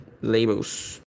labels